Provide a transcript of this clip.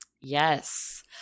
yes